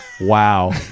Wow